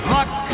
Luck